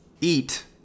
eat